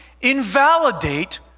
invalidate